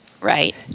Right